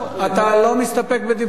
אתה לא מסתפק בדברי השר,